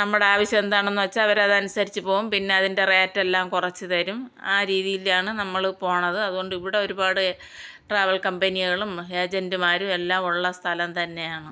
നമ്മുടെ ആവശ്യം എന്താണെന്ന് വെച്ചാൽ അവർ അതനുസരിച്ച് പോകും പിന്നെ അതിൻ്റെ റേറ്റ് എല്ലാം കുറച്ച് തരും ആ രീതിയിലാണ് നമ്മൾ പോവുന്നത് അതുകൊണ്ട് ഇവിടെ ഒരുപാട് ട്രാവൽ കമ്പനികളും ഏജൻറ്റ്മാരും എല്ലാം ഉള്ള സ്ഥലം തന്നെയാണ്